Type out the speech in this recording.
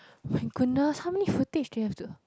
my goodness how many footage do they have to